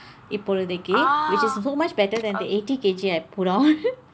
இப்பொழுதைக்கு:ippozhuthaikku which is so much better than the eighty K_G I put on